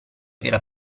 era